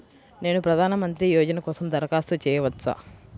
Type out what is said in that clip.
నేను ప్రధాన మంత్రి యోజన కోసం దరఖాస్తు చేయవచ్చా?